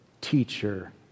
teacher